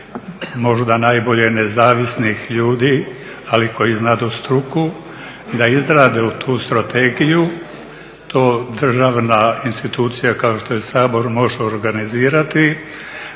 možda najbolje nezavisnih ljudi ali koji znadu struku da izrade tu strategiju. To državna institucija kao što je Sabor može organizirati